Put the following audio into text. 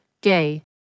Gay